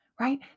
right